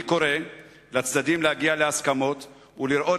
אני קורא לצדדים להגיע להסכמות ולראות